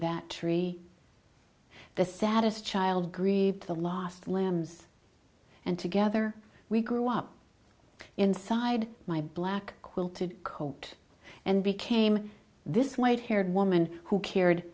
that tree the saddest child grieved the lost limbs and together we grew up inside my black quilted coat and became this white haired woman who cared